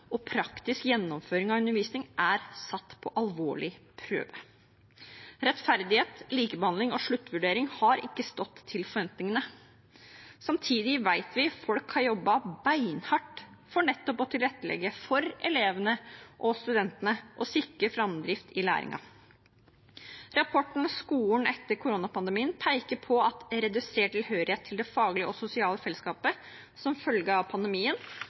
og praktisk gjennomføring av undervisning er satt på alvorlig prøve. Rettferdighet, likebehandling og sluttvurdering har ikke stått til forventningene. Samtidig vet vi at folk har jobbet beinhardt for nettopp å tilrettelegge for elevene og studentene og sikre framdrift i læringen. Rapporten Skolen etter koronapandemien peker på redusert tilhørighet til det faglige og sosiale fellesskapet som følge av pandemien